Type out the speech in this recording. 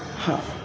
हां